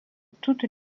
toutes